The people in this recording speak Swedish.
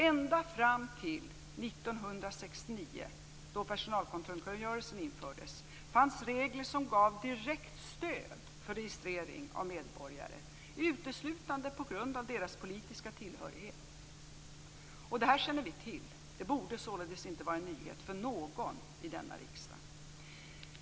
Ända fram till 1969, då personalkontrollkungörelsen infördes, fanns regler som gav direkt stöd för registrering av medborgare uteslutande på grund av deras politiska tillhörighet. Detta känner vi till. Det borde således inte vara en nyhet för någon i denna riksdag.